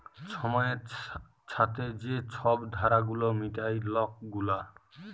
ছময়ের ছাথে যে ছব ধার গুলা মিটায় লক গুলা